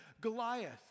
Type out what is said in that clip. Goliath